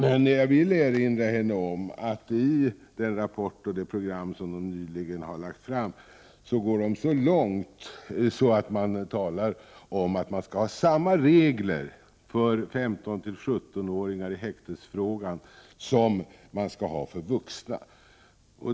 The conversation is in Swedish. Men jag vill erinra henne om att folkpartiet i den rapport och det program som partiet har lagt fram går så långt att det talas om att man skall ha samma regler för 15-17-åringar i häkte som för vuxna.